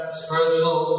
spiritual